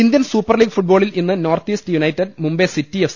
Indian super league ഫുട്ബോളിൽ ഇന്ന് north east united Mumbai city F